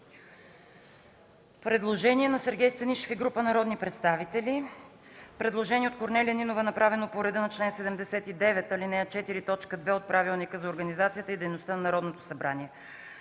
Предложение от Сергей Станишев и група народни представители. Предложение от Корнелия Нинова, направено по реда на чл. 79, ал. 4, т. 2 от Правилника за организацията и дейността на Народното събрание.